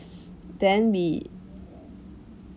then we